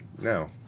No